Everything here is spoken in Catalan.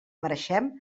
mereixem